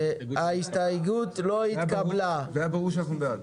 הצבעה בעד,